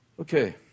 Okay